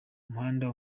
umuhanda